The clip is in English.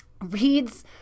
reads